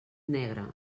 negre